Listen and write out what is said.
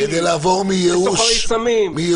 לסוחרי סמים.